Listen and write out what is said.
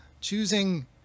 choosing